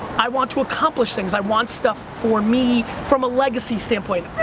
i want to accomplish things, i want stuff for me from a legacy standpoint,